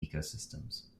ecosystems